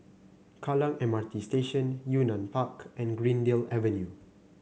Kallang M R T Station Yunnan Park and Greendale Avenue